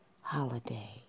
holiday